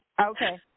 Okay